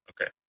Okay